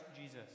Jesus